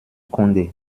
kunde